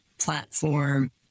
platform